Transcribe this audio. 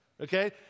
okay